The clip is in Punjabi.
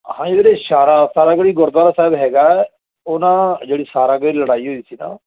ਹਾਂਜੀ ਜਿਹੜੇ ਸ਼ਾਰਾ ਸਾਰਾਗੜ੍ਹੀ ਗੁਰਦੁਆਰਾ ਸਾਹਿਬ ਹੈਗਾ ਉਹ ਨਾ ਜਿਹੜੀ ਸਾਰਾਗੜ੍ਹੀ ਲੜਾਈ ਹੋਈ ਸੀ ਨਾ